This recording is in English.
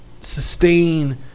sustain